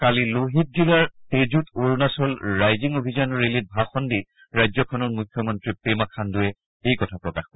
কালি লোহিত জিলাৰ তেজুত অৰুণাচল ৰাইজিং অভিযান ৰেলীত ভাষণ দি ৰাজ্যখনৰ মুখ্যমন্ত্ৰী পেমা খান্দুৱে এই কথা প্ৰকাশ কৰে